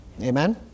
Amen